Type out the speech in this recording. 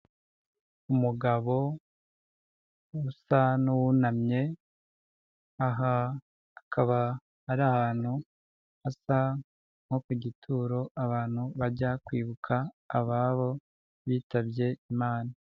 Umugabo usa n'uwunamye aha akaba ari ahantu hasa nko ku gituro abantu bajya kwibuka ababo bitabye Imana.